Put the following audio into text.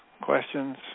questions